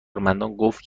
قصد